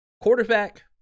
Quarterback